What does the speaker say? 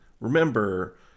Remember